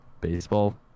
baseball